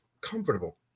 comfortable